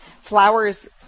flowers